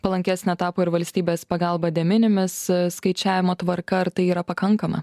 palankesnė tapo ir valstybės pagalba dėminimis skaičiavimo tvarka ar tai yra pakankama